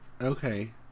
Okay